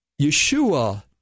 Yeshua